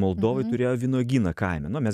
moldovoj turėjo vynuogyną kaime no mes